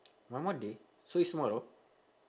one more day so it's tomorrow